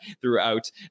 throughout